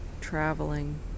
traveling